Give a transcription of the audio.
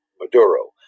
Maduro